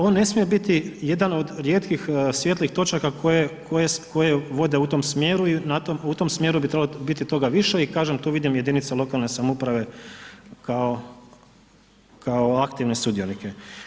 On ne smije biti jedan od rijetkih svijetlih točaka koje vode u tom smjeru i u tom smjeru bi trebalo biti toga više i kažem tu vidim jedinice lokalne samouprave kao aktivne sudionike.